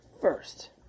first